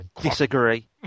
disagree